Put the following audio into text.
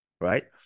right